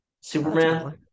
Superman